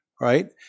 Right